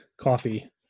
coffee